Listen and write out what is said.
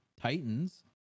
Titans